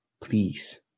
please